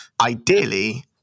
Ideally